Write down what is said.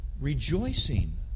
rejoicing